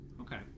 Okay